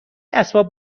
اسباب